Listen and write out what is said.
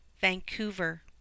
Vancouver